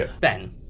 Ben